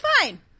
fine